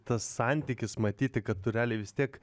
tas santykis matyti kad tu realiai vis tiek